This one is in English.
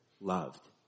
loved